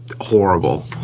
horrible